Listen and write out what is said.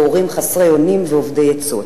והורים חסרי אונים ואובדי עצות.